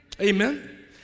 amen